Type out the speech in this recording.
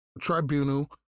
tribunal